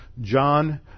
john